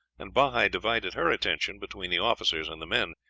and bahi divided her attention between the officers and the men,